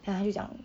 then 他就讲